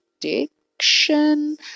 addiction